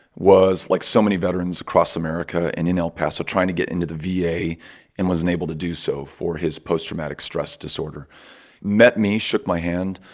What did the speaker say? was, like so many veterans across america and in el paso, trying to get into the va and was unable to do so for his post-traumatic stress disorder met me, shook my hand,